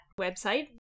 Website